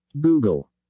Google